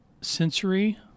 sensory